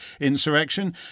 insurrection